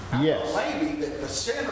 Yes